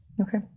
Okay